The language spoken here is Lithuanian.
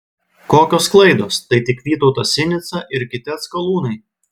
kokios klaidos tai tik vytautas sinica ir kiti atskalūnai